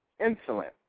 insulin